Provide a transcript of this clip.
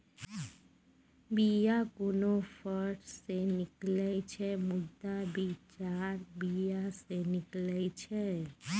बीया कोनो फर सँ निकलै छै मुदा बिचरा बीया सँ निकलै छै